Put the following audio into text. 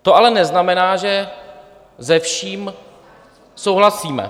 To ale neznamená, že se vším souhlasíme.